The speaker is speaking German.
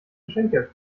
geschenke